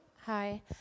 Hi